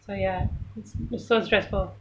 so ya it's so stressful